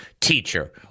teacher